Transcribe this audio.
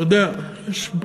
אתה יודע, יש,